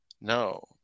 No